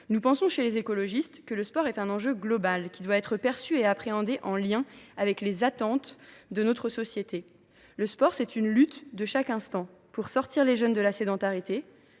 Les écologistes considèrent que le sport est un enjeu global, qui doit être perçu et appréhendé en lien avec les attentes de notre société. Il s’agit d’une lutte de chaque instant pour sortir les jeunes de la sédentarité,